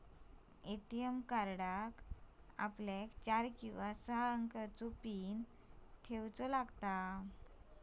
ATM कार्डाक आपल्याक चार किंवा सहा अंकाचो पीन ठेऊचो लागता